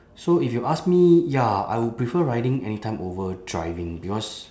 so if you ask me ya I would prefer riding anytime over driving because